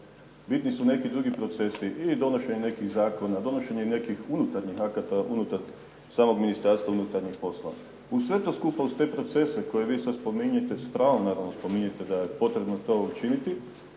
Bitni su neki drugi procesi i donošenje nekih zakona, donošenje nekih unutarnjih akata unutar samog Ministarstva unutarnjih poslova. Uz sve to skupa, uz te procese koje vi sad spominjete, s pravom naravno spominjete da je potrebno to učiniti,